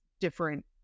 different